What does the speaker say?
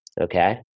Okay